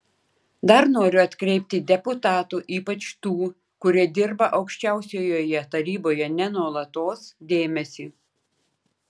dar noriu atkreipti deputatų ypač tų kurie dirba aukščiausiojoje taryboje ne nuolatos dėmesį